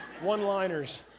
one-liners